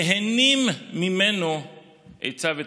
נהנים ממנו עצה ותושייה.